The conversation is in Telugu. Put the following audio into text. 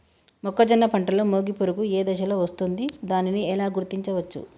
మొక్కజొన్న పంటలో మొగి పురుగు ఏ దశలో వస్తుంది? దానిని ఎలా గుర్తించవచ్చు?